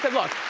look,